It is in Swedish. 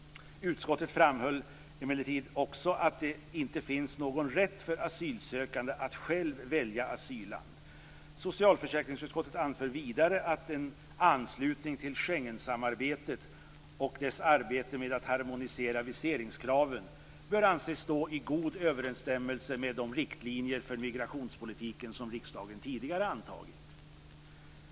Utskottet framhöll emellertid också att det inte finns någon rätt för en asylsökande att själv välja asylland. Socialförsäkringsutskottet anför vidare att en anslutning till Schengensamarbetet och dess arbete med att harmonisera viseringskraven bör anses stå i god överensstämmelse med de riktlinjer för migrationspolitiken som riksdagen tidigare antagit.